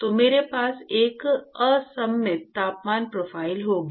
तो मेरे पास एक असममित तापमान प्रोफ़ाइल होगी